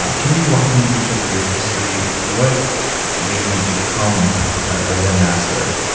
ah can you walk me through sort of your history? what made you become a zen master,